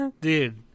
Dude